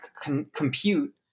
compute